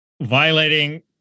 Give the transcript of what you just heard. violating